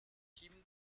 fim